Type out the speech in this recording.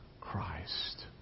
Christ